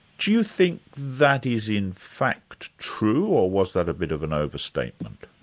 do you think that is in fact true, or was that a bit of an overstatement?